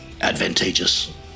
advantageous